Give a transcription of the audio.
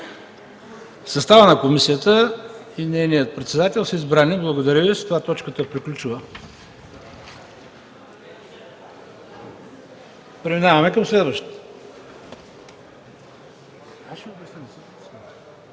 Съставът на комисията и нейният председател са избрани. Благодаря Ви. С това точката приключва. (Преобладаващата